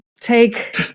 take